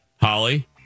Holly